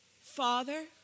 Father